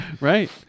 Right